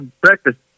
breakfast